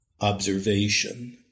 observation